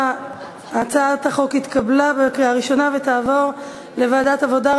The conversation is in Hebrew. הצעת החוק התקבלה בקריאה ראשונה ותעבור לוועדת העבודה,